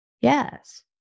Yes